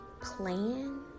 plan